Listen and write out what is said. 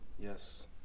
Yes